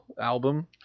album